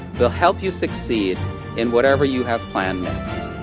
will help you succeed in whatever you have planned next.